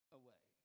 away